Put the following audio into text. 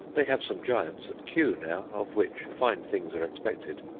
they have some giants at kew now, of which fine things are expected.